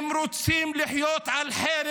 הם רוצים לחיות על חרב.